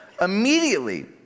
immediately